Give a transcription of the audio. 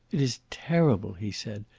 it is terrible, he said.